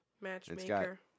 Matchmaker